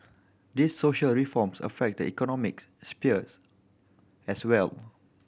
these social reforms affect the economics spheres as well